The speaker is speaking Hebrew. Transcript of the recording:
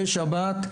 ושבת,